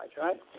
right